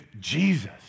Jesus